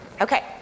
Okay